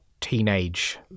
teenage